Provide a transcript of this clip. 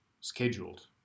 scheduled